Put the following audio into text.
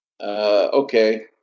Okay